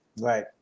Right